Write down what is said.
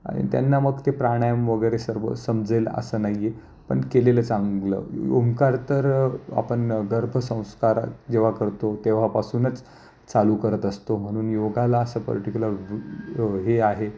आणि त्यांना मग ते प्राणायाम वगैरे सर्व समजेल असं नाही आहे पण केलेलं चांगलं ओंकार तर आपन गर्भसंंस्कार जेव्हा करतो तेव्हापासूनच चालू करत असतो म्हणून योगाला असं पर्टिक्युलर हे आहे